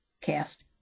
cast